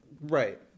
Right